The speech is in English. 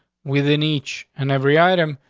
within each and every item,